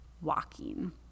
walking